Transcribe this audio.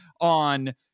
on